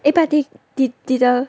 eh but did did the